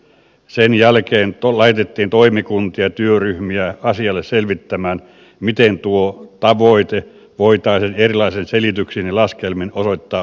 sen jälkeen laitettiin toimikuntia ja työryhmiä selvittämään miten tuo tavoite voitaisiin erilaisin selityksin ja laskelmin osoittaa oikeaksi